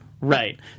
right